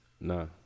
No